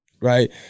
right